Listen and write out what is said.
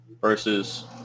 versus